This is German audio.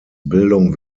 bildung